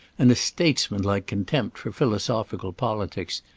and a statesmanlike contempt for philosophical politics.